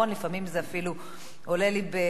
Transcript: לפעמים זה אפילו עולה לי באי-נעימות,